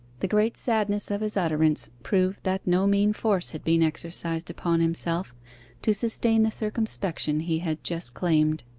the great sadness of his utterance proved that no mean force had been exercised upon himself to sustain the circumspection he had just claimed.